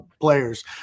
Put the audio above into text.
players